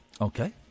Okay